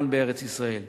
כאן בארץ-ישראל.